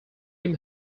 him